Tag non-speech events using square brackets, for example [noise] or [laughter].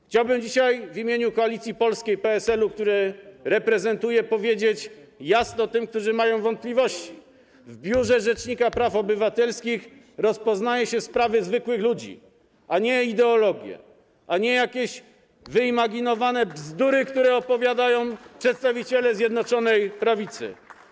Chciałbym dzisiaj w imieniu Koalicji Polskiej - PSL-u, który reprezentuję, powiedzieć jasno tym, którzy mają wątpliwości: w Biurze Rzecznika Praw Obywatelskich rozpoznaje się sprawy zwykłych ludzi, a nie ideologię, a nie jakieś wyimaginowane bzdury, [applause] które opowiadają przedstawiciele Zjednoczonej Prawicy.